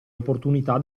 opportunità